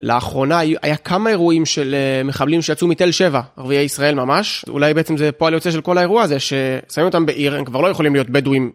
לאחרונה, היה כמה אירועים של מחבלים שיצאו מתל שבע, ערבי ישראל ממש. אולי בעצם זה פועל היוצא של כל האירוע הזה, ששמים אותם בעיר, הם כבר לא יכולים להיות בדואים.